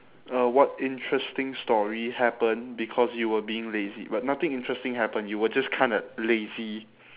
uh what interesting story happened because you were being lazy but nothing interesting happened you were just kinda lazy